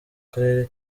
karere